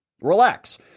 Relax